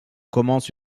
commence